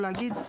הוא יכול להגיד,